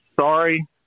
sorry